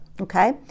okay